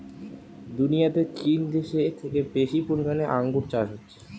দুনিয়াতে চীন দেশে থেকে বেশি পরিমাণে আঙ্গুর চাষ হচ্ছে